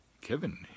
Kevin